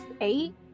eight